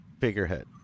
figurehead